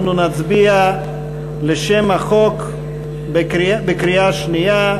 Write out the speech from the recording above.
אנחנו נצביע על שם החוק בקריאה שנייה.